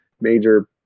major